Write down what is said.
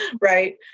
Right